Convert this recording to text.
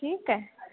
ठीकु आहे